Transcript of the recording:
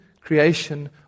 creation